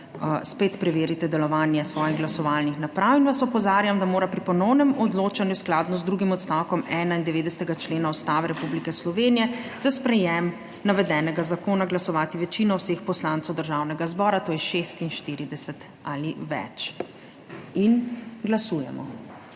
spet preverite delovanje svojih glasovalnih naprav. Opozarjam vas, da mora pri ponovnem odločanju v skladu z drugim odstavkom 91. člena Ustave Republike Slovenije za sprejetje navedenega zakona glasovati večina vseh poslancev Državnega zbora, to je 46 ali več. Glasujemo.